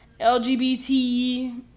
LGBT